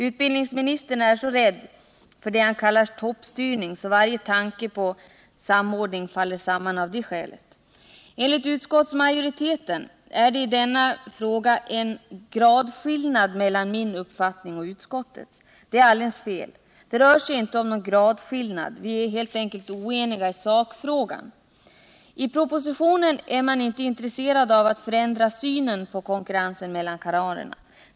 Utbildningsministern är så rädd för det han kallar toppstyrning, att varje tanke på samordning faller samman av det skälet. Enligt utskottsmajoriteten är det i denna fråga en gradskillnad mellan min uppfattning och utskottets. Det är alldeles fel. Det rör sig inte om någon gradskillnad. Ni är helt enkelt oeniga i sakfrågan. I propositionen är man inte intresserad av att förändra synen på konkurrensen mellan kanalerna.